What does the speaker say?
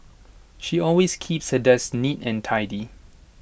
she always keeps her desk neat and tidy